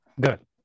Good